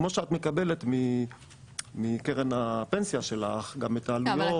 כמו שאת מקבלת מקרן הפנסיה שלך גם את העלויות.